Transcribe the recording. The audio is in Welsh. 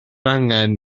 angen